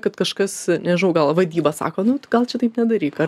kad kažkas nežinau gal vadyba sako nu tai gal čia taip nedaryk ar